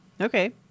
Okay